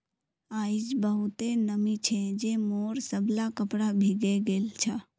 आइज बहुते नमी छै जे मोर सबला कपड़ा भींगे गेल छ